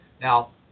Now